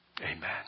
Amen